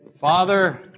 Father